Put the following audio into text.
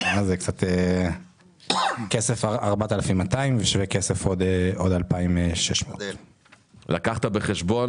זה 4,200 ובשווה כסף זה עוד 2,600. לקחת בחשבון